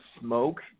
smoke